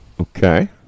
Okay